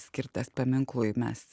skirtas paminklui mes